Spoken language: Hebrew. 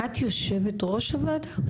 את יושבת ראש הוועדה?